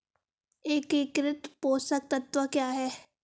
एकीकृत पोषक तत्व क्या है?